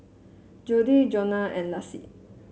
Jodie Joana and Laci